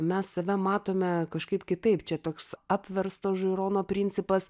mes save matome kažkaip kitaip čia toks apversto žiūrono principas